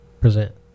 present